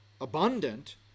abundant